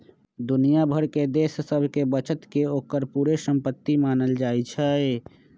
दुनिया भर के देश सभके बचत के ओकर पूरे संपति मानल जाइ छइ